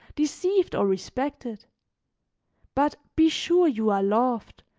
deceived or respected but be sure you are loved,